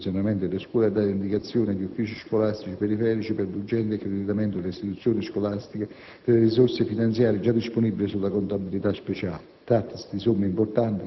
conseguenze negative sul funzionamento delle scuole, ha dato indicazioni agli uffici scolastici periferici per l'urgente accreditamento alle istituzioni scolastiche delle risorse finanziarie già disponibili sulle contabilità speciali;